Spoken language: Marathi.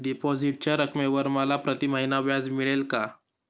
डिपॉझिटच्या रकमेवर मला प्रतिमहिना व्याज मिळेल का?